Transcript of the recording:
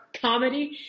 comedy